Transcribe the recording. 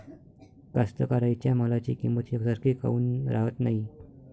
कास्तकाराइच्या मालाची किंमत यकसारखी काऊन राहत नाई?